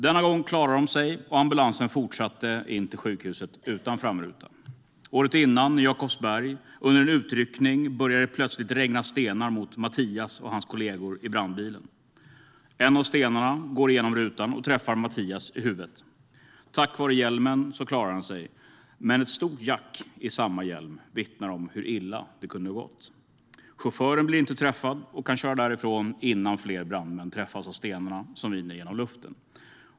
Denna gång klarade de sig, och ambulansen fortsatte in till sjukhuset utan framruta. Året innan, under en utryckning i Jakobsberg, börjar det plötsligt regna stenar mot Mattias och hans kollegor i brandbilen. En av stenarna går igenom rutan och träffar Mattias i huvudet. Tack vare hjälmen klarar han sig, men ett stort jack i samma hjälm vittnar om hur illa det kunde ha gått. Chauffören blir inte träffad och kan köra därifrån innan fler brandmän träffas av stenarna som viner genom luften.